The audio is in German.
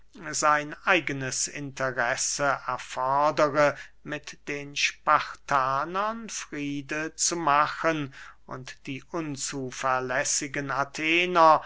sein eigenes interesse erfordere mit den spartanern friede zu machen und die unzuverlässigen athener